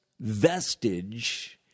vestige